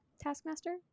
Taskmaster